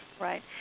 Right